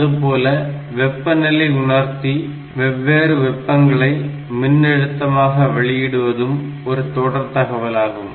அதுபோல வெப்பநிலை உணர்த்தி வெவ்வேறு வெப்பங்களை மின்னழுத்தமாக வெளியிடுவதும் ஒரு தொடர் தகவலாகும்